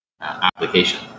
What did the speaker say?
application